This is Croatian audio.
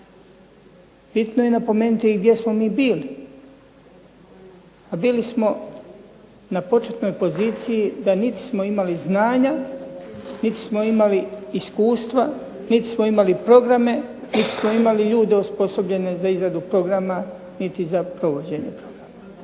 Bitno je napomenuti i gdje smo mi bili, a bili smo na početnoj poziciji da niti smo imali znanja niti smo imali iskustva, niti smo imali programe, niti smo imali ljude osposobljene za izradu programa niti za provođenje programa.